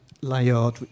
Layard